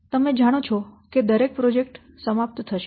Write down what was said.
તમે જાણો છો કે દરેક પ્રોજેક્ટ સમાપ્ત થશે